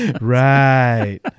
Right